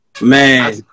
Man